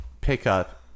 pickup